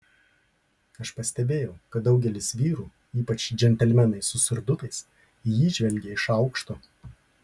aš pastebėjau kad daugelis vyrų ypač džentelmenai su surdutais į jį žvelgė iš aukšto